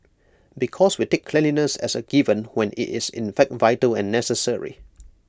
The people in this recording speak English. because we take cleanliness as A given when IT is in fact vital and necessary